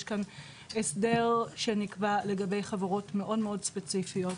יש כאן הסדר שנקבע לגבי חברות מאוד ספציפיות,